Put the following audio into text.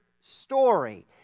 story